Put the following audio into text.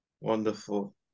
wonderful